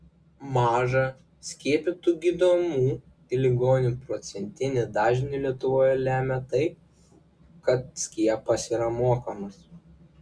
mažą skiepytų gydomų ligonių procentinį dažnį lietuvoje lemia tai kad skiepas yra mokamas